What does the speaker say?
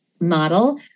model